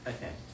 Okay